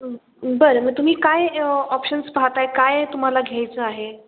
बरं मग तुम्ही काय ऑप्शन्स पाहता आहात काय तुम्हाला घ्यायचं आहे